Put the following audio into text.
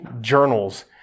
journals